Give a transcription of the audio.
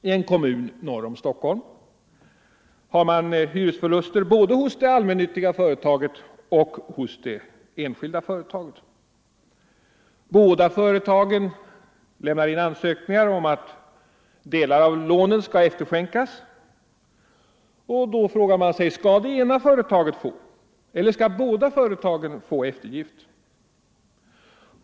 I en kommun norr om Stockholm har det uppstått hyresförluster både hos det allmännyttiga företaget och det enskilda. Båda företagen lämnar in ansökningar om att delar av lånen skall efterskänkas. Då är frågan: Skall bara det ena företaget eller skall båda företagen få eftergift?